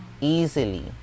easily